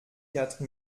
quatre